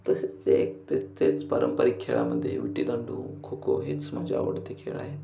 तसेच ते एक तेच पारंपरिक खेळामध्ये विट्टीदांडू खो खो हेच माझे आवडते खेळ आहेत